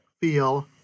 feel